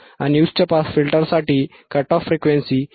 15Hz आणि उच्च pass फिल्टरसाठी कट ऑफ फ्रिक्वेन्सी 1